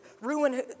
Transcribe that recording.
ruin